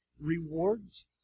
Rewards